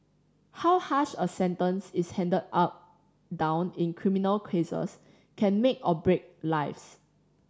how harsh a sentence is handed down in criminal cases can make or break lives